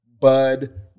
bud